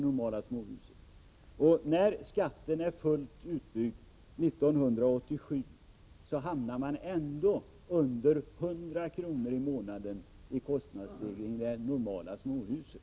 När skatten är fullt utbyggd 1987 hamnar man ändå under 100 kr. i månaden i skattestegring för det normala småhuset.